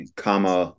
comma